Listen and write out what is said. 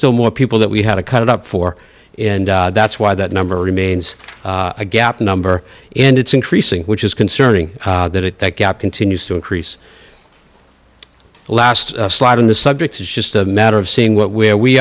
still more people that we had to cut it up for and that's why that number remains a gap number and it's increasing which is concerning that it that gap continues to increase the last slide in the subject is just a matter of seeing what where we